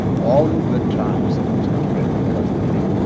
all in good time, said mr. britton, pleasantly.